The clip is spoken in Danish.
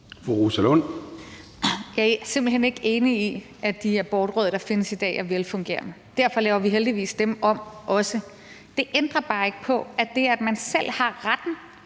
Rosa Lund (EL): Jeg er simpelt hen ikke enig i, at de her abortråd, der findes i dag, er velfungerende. Derfor laver vi heldigvis også dem om. Det ændrer bare ikke på, at det, at man selv har retten